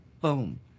Boom